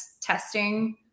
testing